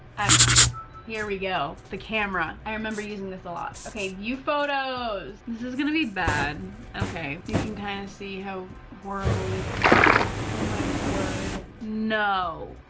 i don't know here we go the camera i remember using this a lot okay, you photos! this is gonna be bad ok you can kinda kind of see how horrible these pictures are oh my word no